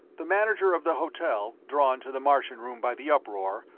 the manager of the hotel, drawn to the martian room by the uproar,